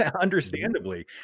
Understandably